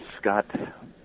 Scott